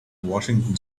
washington